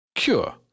Cure